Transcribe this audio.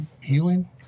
healing